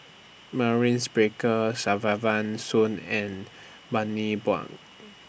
Maurice Baker Kesavan Soon and Bani Buang